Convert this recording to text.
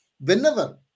whenever